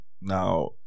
Now